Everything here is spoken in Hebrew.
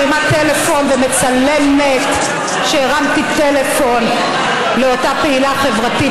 שמרימה טלפון ומצלמת שהרמתי טלפון לאותה פעילה חברתית,